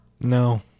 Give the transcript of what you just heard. No